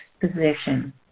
position